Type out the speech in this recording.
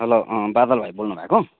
hello अँ बादल भाइ बोल्नुभएको